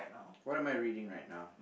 what am I reading right now